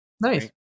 Nice